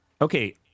Okay